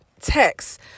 text